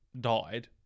died